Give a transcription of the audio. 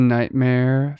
Nightmare